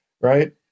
right